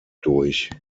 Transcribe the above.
durch